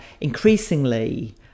increasingly